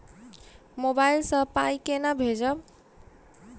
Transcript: Mobile सँ पाई केना भेजब?